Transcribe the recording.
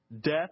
Death